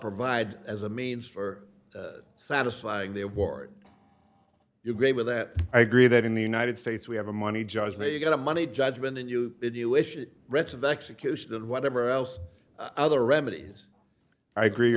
provides as a means for satisfying the award you agree with that i agree that in the united states we have a money judgment you get a money judgment and you if you wish it wrecks of execution and whatever else other remedies i agree